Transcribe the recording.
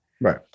right